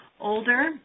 older